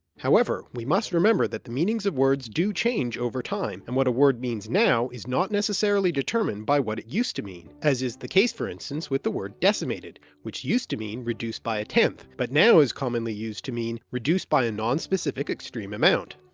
however, we must remember that the meanings of words do change over time, and what a word means now is not necessarily determined by what it used to mean, as is the case for instance with the word decimated, which used to mean reduced by a tenth, but now is commonly used to mean reduced by a nonspecific extreme amount.